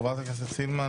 חברת הכנסת סילמן,